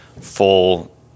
full